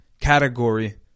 category